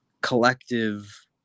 collective